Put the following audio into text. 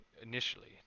initially